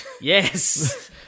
Yes